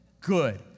Good